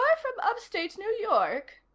from upstate new york?